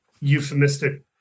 euphemistic